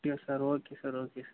அப்படியா sir okay sir okay sir